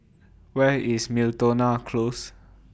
Where IS Miltonia Close